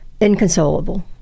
inconsolable